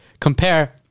Compare